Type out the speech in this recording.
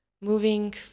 moving